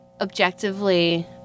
objectively